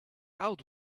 out